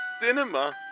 cinema